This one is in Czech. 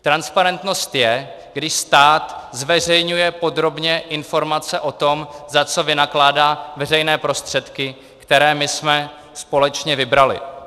Transparentnost je, když stát zveřejňuje podrobně informace o tom, za co vynakládá veřejné prostředky, které my jsme společně vybrali.